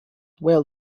will